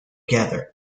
gather